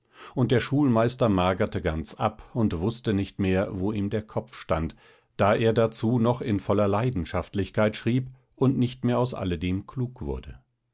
und der schulmeister magerte ganz ab und wußte nicht mehr wo ihm der kopf stand da er dazu noch in voller leidenschaftlichkeit schrieb und nicht mehr aus alledem klug wurde